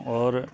आओर